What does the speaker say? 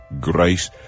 grace